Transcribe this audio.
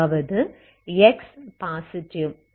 அதாவது x positive